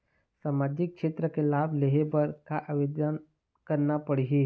सामाजिक क्षेत्र के लाभ लेहे बर का आवेदन करना पड़ही?